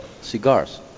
cigars